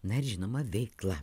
na ir žinoma veikla